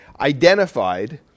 identified